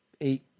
eight